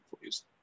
please